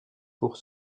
pour